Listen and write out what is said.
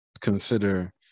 consider